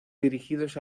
dirigidos